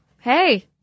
hey